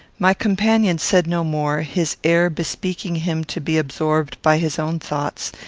my companion said no more, his air bespeaking him to be absorbed by his own thoughts,